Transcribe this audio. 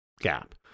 gap